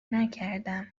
نکردم